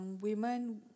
women